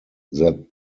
that